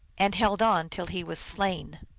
and held on till he was slain.